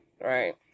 right